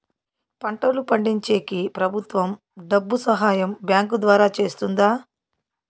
పంటలు పండించేకి ప్రభుత్వం డబ్బు సహాయం బ్యాంకు ద్వారా చేస్తుందా?